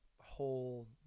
whole